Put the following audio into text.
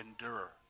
endure